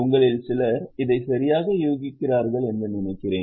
உங்களில் சிலர் இதை சரியாக யூகிக்கிறார்கள் என்று நினைக்கிறேன்